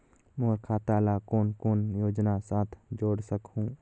मोर खाता ला कौन कौन योजना साथ जोड़ सकहुं?